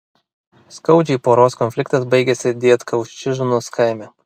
skaudžiai poros konfliktas baigėsi dietkauščiznos kaime